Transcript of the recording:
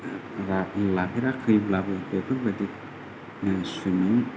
बादि लाफेराखैब्लाबो बेफोरबादिनो सुइमिं